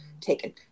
taken